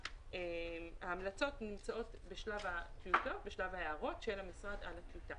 שההמלצות נמצאות בשלב ההערות של המשרד לטיוטה.